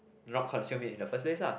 not consume it in the first place lah